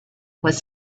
was